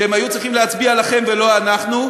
שהם היו צריכים להצביע לכם ולא לנו.